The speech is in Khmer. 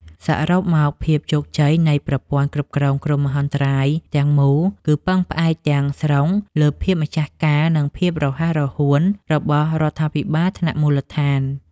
សរុបមក ភាពជោគជ័យនៃប្រព័ន្ធគ្រប់គ្រងគ្រោះមហន្តរាយទាំងមូល គឺពឹងផ្អែកទាំងស្រុងលើភាពម្ចាស់ការ និងភាពរហ័សរហួនរបស់រដ្ឋាភិបាលថ្នាក់មូលដ្ឋាន។